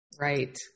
Right